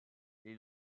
les